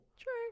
True